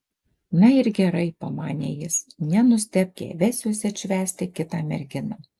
na ir gerai pamanė jis nenustebk jei vesiuosi atšvęsti kitą merginą